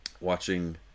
watching